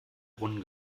brunnen